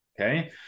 Okay